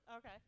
Okay